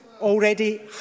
already